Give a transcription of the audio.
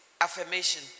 affirmation